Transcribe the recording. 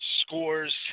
scores